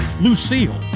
Lucille